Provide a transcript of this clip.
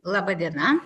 laba diena